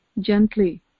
Gently